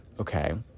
okay